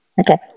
Okay